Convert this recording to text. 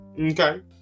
Okay